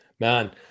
Man